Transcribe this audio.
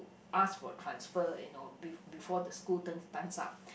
ask for transfer you know be before the school term times up